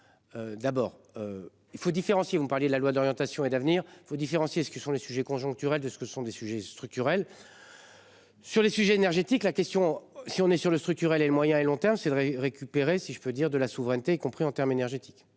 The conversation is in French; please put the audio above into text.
D'abord. Il faut différencier. Vous parliez de la loi d'orientation et d'avenir. Il faut différencier ce que sont les sujets conjoncturelle de ce que ce sont des sujets structurels. Sur les sujets énergétiques la question si on est sur le structurel et le moyen et long terme c'est vrai récupérer si je peux dire de la souveraineté, y compris en termes énergétiques,